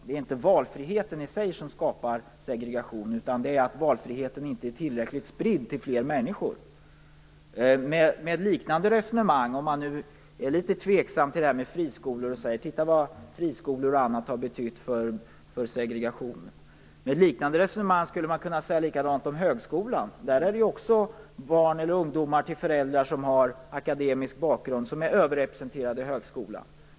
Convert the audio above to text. Det är inte valfriheten i sig som skapar segregation, utan det är att valfriheten inte är tillräckligt spridd till flera människor. Om någon nu är litet tveksam till friskolor och säger att friskolorna har bidragit till segregation, skulle man med ett liknande resonemang kunna säga att det är lika på högskolan. Där är också barn till föräldrar som har akademisk bakgrund överrepresenterade.